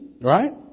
Right